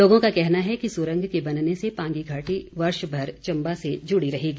लोगों का कहना है कि सुरंग के बनने से पांगी घाटी वर्ष भर चम्बा से जुड़ी रहेगी